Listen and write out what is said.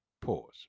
Pause